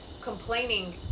complaining